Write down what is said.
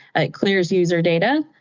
it clears user data,